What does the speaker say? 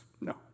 No